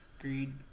greed